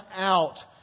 out